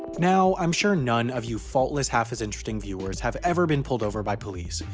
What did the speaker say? now, i'm sure none of you faultless half as interesting viewers have ever been pulled over by police,